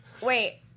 Wait